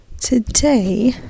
today